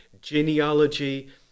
genealogy